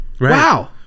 Wow